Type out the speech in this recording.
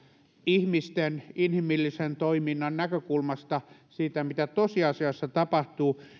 katsovat inhimillisen toiminnan näkökulmasta tätä asiaa mitä tosiasiassa tapahtuu niin